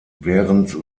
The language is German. während